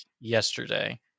yesterday